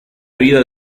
vida